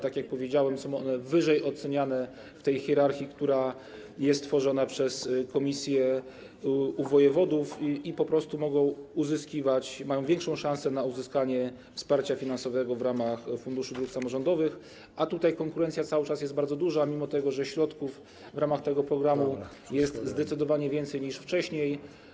Tak jak powiedziałem, są one wyżej oceniane w tej hierarchii, która jest tworzona przez komisję u wojewodów, i po prostu mogą uzyskiwać, mają większą szansę na uzyskanie wsparcia finansowego w ramach Funduszu Dróg Samorządowych, a konkurencja cały czas jest bardzo duża, mimo że środków w ramach tego programu jest zdecydowanie więcej niż wcześniej.